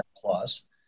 plus